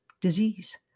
Disease